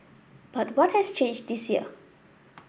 but what has changed this year